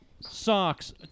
socks